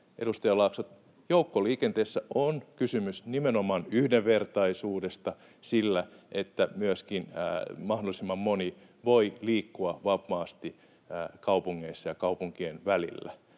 edustaja Laakso, joukkoliikenteessä on kysymys nimenomaan yhdenvertaisuudesta siinä, että myöskin mahdollisimman moni voi liikkua vapaasti kaupungeissa ja kaupunkien välillä.